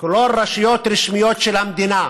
רשויות רשמיות של המדינה,